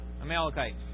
Amalekites